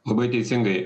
labai teisingai